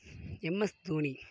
MS Dhoni